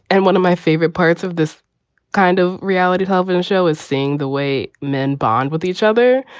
and one of my favorite parts of this kind of reality television show is seeing the way men bond with each other,